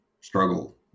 struggle